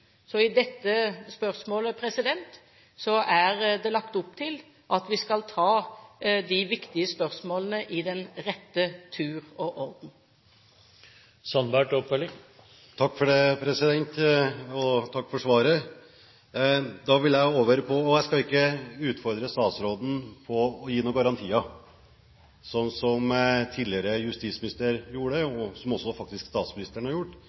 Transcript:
Så i dette spørsmålet er det lagt opp til at vi skal ta de viktige spørsmålene i den rette tur og orden. Takk for svaret. Jeg skal ikke utfordre statsråden på å gi noen garantier, slik som den tidligere justisministeren gjorde, og som faktisk også statsministeren har gjort: